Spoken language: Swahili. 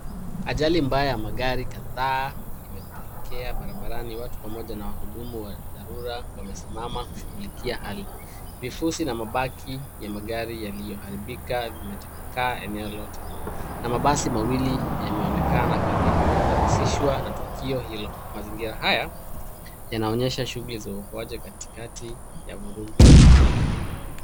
Ajali mbaya ya magari kadhaa imetokea barabarani. Watu pamoja na wahudumu wa dharura wamesimama kushungulikia hali. Vifusi na mabaki ya magari yaliyoharibika zimetapakaa eneo lote na mabasi mawili yameonekana karibu yakihusishwa na tukio hilo. Mazingira haya yanaonyesha shunguli za uokoaji katikati ya vurugu za ajali kubwa.